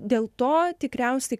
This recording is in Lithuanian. dėl to tikriausiai